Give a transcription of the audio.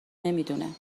نمیدونه